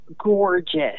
gorgeous